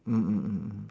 mm mm mm mm